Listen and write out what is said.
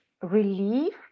relief